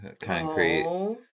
concrete